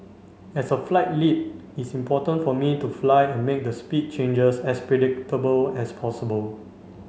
as a flight lead it's important for me to fly and make the speed changes as predictable as possible